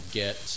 get